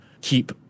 keep